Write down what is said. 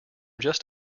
just